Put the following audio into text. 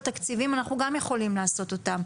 תקציבים אנחנו גם יכולים לעשות אותן.